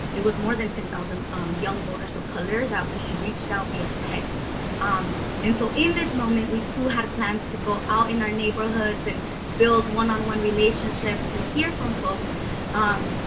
it was more than ten thousand um young voters of color that we reached out via text um and so in this moment we too had plans to go out in our neighborhoods and build one-on-one relationships to hear from folks um,